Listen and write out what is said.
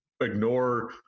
ignore